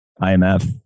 IMF